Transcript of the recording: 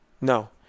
No